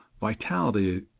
vitality